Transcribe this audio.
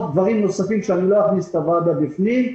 דברים נוספים שלא אכניס את הוועדה בפנים,